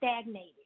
stagnated